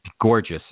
gorgeous